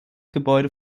gebäude